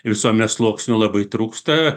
visuomenės sluoksnių labai trūksta